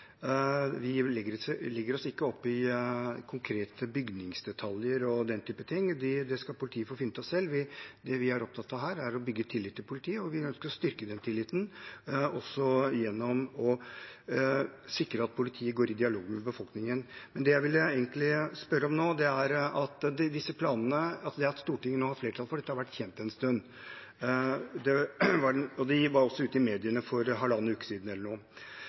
Vi legger oss ikke opp i konkrete bygningsdetaljer og den type ting. Det skal politiet få finne ut av selv. Det vi er opptatt av her, er å bygge tillit til politiet, og vi ønsker å styrke den tilliten også gjennom å sikre at politiet går i dialog med befolkningen. Det at det er flertall i Stortinget for disse planene, har vært kjent en stund. Det var også ute i mediene for halvannen uke siden, eller noe slikt. Samtidig var det et møte i Stovner bydelsutvalg i går, hvor leder og representant for